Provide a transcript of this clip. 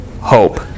hope